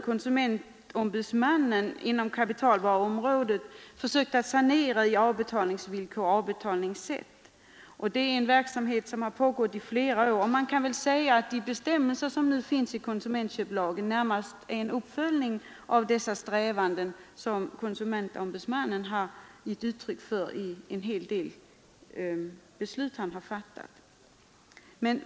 Konsumentombudsmannen har i flera år försökt sanera avbetalningsvillkor och avbetalningssätt på kapitalvaruområdet. Man kan säga att den bestämmelse som nu föreslås i konsumentköplagen närmast är en uppföljning av de strävanden som konsumentombudsmannen givit uttryck för genom en del av sina beslut.